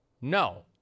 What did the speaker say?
No